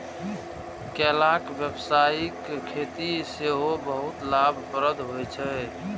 केलाक व्यावसायिक खेती सेहो बहुत लाभप्रद होइ छै